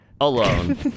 alone